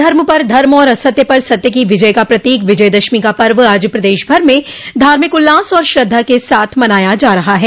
अधर्म पर धर्म और असत्य पर सत्य की विजय का प्रतीक विजयदशमी का पर्व आज प्रदेशभर में धार्मिक उल्लास और श्रद्वा के साथ मनाया जा रहा है